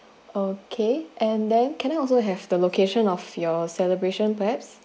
okay and then can I also have the location of your celebration perhaps